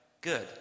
good